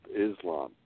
Islam